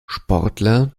sportler